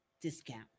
discount